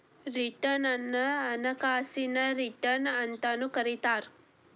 return ಅನ್ನ ಹಣಕಾಸಿನ return ಅಂತಾನೂ ಕರಿತಾರ